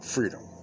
Freedom